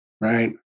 Right